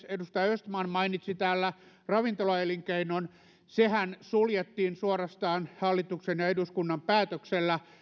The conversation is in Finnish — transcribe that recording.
edustaja östman mainitsi täällä ravintolaelinkeinon sehän suljettiin suorastaan hallituksen ja eduskunnan päätöksellä